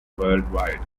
worldwide